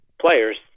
players